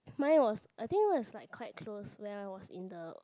mine was I think it was like quite close when I was in the